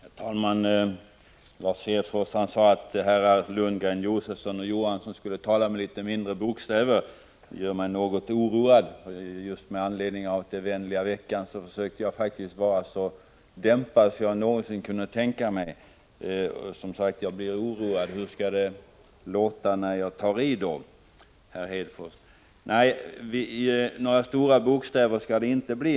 Herr talman! Lars Hedfors sade att herrar Lundgren, Josefson och Johansson skulle tala med litet mindre bokstäver. Det gör mig något oroad. För just med anledning av att det är vänliga veckan försökte jag faktiskt vara så dämpad jag någonsin kunde tänka mig. Jag blir som sagt oroad, för hur skall det då låta när jag tar i, herr Hedfors? Nej, några stora bokstäver skall det inte bli.